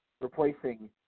replacing –